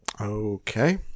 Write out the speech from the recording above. Okay